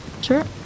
Sure